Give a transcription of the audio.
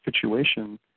situation